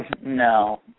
no